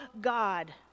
God